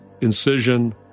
incision